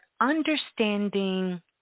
understanding